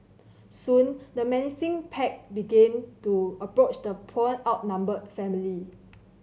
soon the menacing pack began to approach the poor outnumbered family